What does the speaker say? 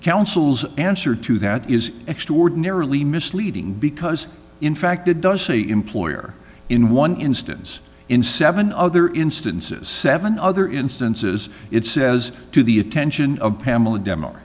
council's answer to that is extraordinarily misleading because in fact it does say employer in one instance in seven other instances seven other instances it says to the attention of pamela demo